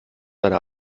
deine